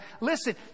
listen